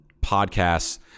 podcasts